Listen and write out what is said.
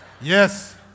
yes